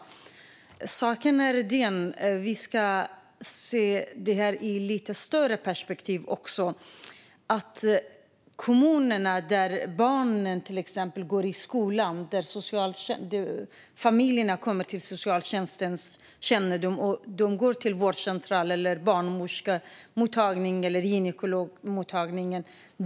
Men saken är den att vi behöver se det här i ett lite större perspektiv också. Problemen finns i kommunerna där vi har de här individerna - där barnen går i skolan, där familjerna kommer till socialtjänstens kännedom och där man går till vårdcentral, barnmorskemottagning eller gynekologmottagning.